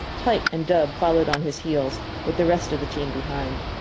pike and dub followed on his heels, with the rest of the team behind.